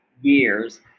years